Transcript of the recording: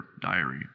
diary